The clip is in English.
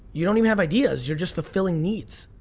you don't even have ideas, you're just fulfilling needs.